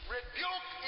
Rebuke